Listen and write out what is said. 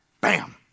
Bam